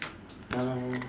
um